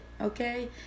okay